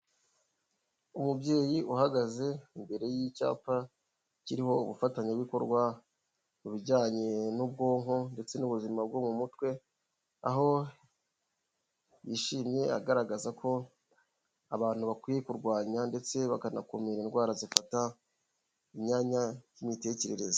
Umubyeyi uhagaze imbere y'icyapa kiriho umufatanyabikorwa mu bijyanye n'ubwonko ndetse n'ubuzima bwo mu mutwe, aho yishimye agaragaza ko abantu bakwiye kurwanya ndetse bakanakumira indwara zifata imyanya y'imitekerereze.